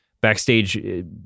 backstage